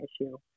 issue